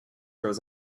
grows